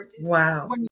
Wow